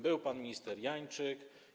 Był pan minister Janczyk.